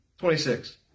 26